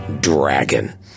dragon